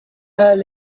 اهل